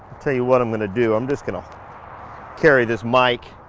tell you what i'm going to do. i'm just going to carry this mic,